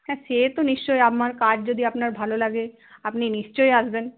হ্যাঁ সে তো নিশ্চয়ই আমার কাজ যদি আপনার ভালো লাগে আপনি নিশ্চয়ই আসবেন